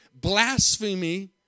blasphemy